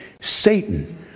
Satan